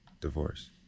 divorce